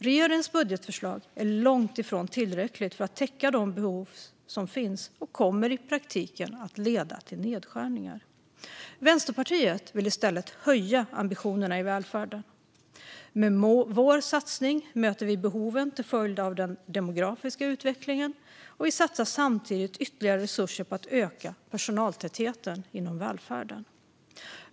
Regeringens budgetförslag är långt ifrån tillräckligt för att täcka de behov som finns och kommer i praktiken att leda till nedskärningar. Vänsterpartiet vill i stället höja ambitionerna i välfärden. Med vår satsning möter vi behoven till följd av den demografiska utvecklingen, och vi satsar samtidigt ytterligare resurser på att öka personaltätheten inom välfärden.